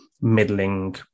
middling